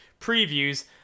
previews